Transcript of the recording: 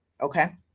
Okay